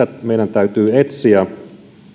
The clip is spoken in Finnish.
meidän täytyy etsiä